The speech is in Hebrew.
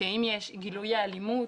שאם יש גילויי אלימות